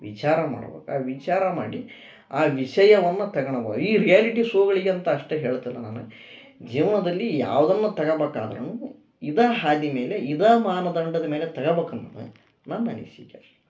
ವಿಚಾರ ಮಾಡ್ಬೇಕ್ ಆ ವಿಚಾರ ಮಾಡಿ ಆ ವಿಷಯವನ್ನು ತಗಣವ ಈ ರಿಯಾಲಿಟಿ ಶೋಗಳಿಗೆಂತ ಅಷ್ಟೇ ಹೇಳ್ತಿಲ್ಲ ನಾನು ಜೀವನದಲ್ಲಿ ಯಾವುದನ್ನು ತಗಬೇಕಾದ್ರುನು ಇದೇ ಹಾದಿ ಮೇಲೆ ಇದೇ ಮಾನದಂಡದ ಮೇಲೆ ತಗಬೇಕ್ ಅನ್ನೋದೇ ನನ್ನ ಅನಿಸಿಕೆ